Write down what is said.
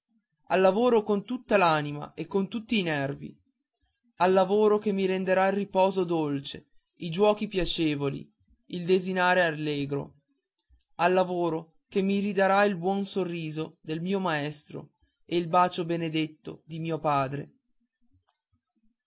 al lavoro con tutta l'anima e con tutti i nervi al lavoro che mi renderà il riposo dolce i giochi piacevoli il desinare allegro al lavoro che mi ridarà il buon sorriso del mio maestro e il bacio benedetto di mio padre